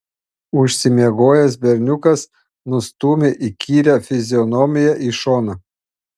užsimiegojęs berniukas nustūmė įkyrią fizionomiją į šoną